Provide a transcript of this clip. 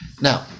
Now